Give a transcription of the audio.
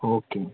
okay